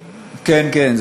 כן, כן.